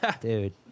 Dude